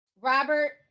Robert